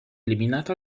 eliminata